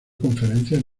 conferencias